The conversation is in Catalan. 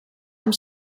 amb